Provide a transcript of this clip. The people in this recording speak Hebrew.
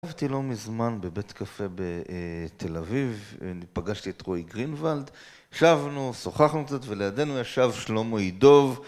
ישבתי לא מזמן בבית קפה בתל אביב, פגשתי את רוי גרינוולד, ישבנו, שוחחנו קצת, ולידינו ישב שלמה יידוב